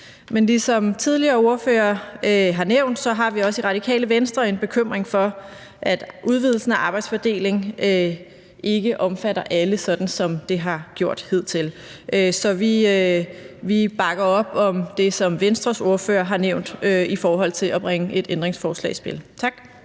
Men ligesom tidligere ordførere har nævnt, har vi også i Radikale Venstre en bekymring for, at udvidelsen af arbejdsfordeling ikke omfatter alle, sådan som det har gjort hidtil. Så vi bakker op om det, som Venstres ordfører har nævnt i forhold til at bringe et ændringsforslag i spil. Tak.